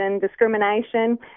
discrimination